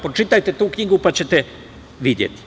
Pročitajte tu knjigu, pa ćete videti.